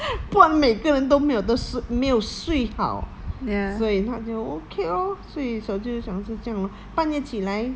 不然每个人都没有的没有睡好所以他就 okay lor 所以小舅讲是这样 lor 半夜起来